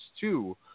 two